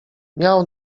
miał